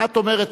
את אומרת,